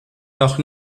noch